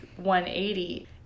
180